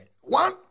One